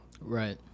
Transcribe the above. Right